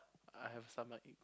I have stomachache